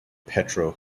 petro